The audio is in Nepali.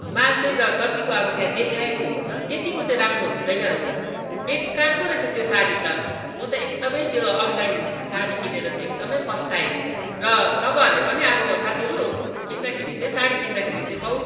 माल चाहिँ ज जतिको अब त्यहाँ देखाएको हुन्छ त्यत्तिको चाहिँ राम्रो हुँदैन रहेछ बेकारको रहेछ त्यो साडी त म त एकदमै त्यो अनलाइन साडी किनेर चाहिँ एकदमै पस्ताएँ र तपाईँहरूले पनि साथीहरू किन्दाखेरि चाहिँ साडी किन्दाखेरि चाहिँ बहुत